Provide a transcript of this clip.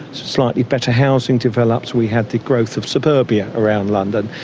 slightly better housing developed. we had the growth of suburbia around london,